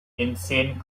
insane